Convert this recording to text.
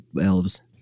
elves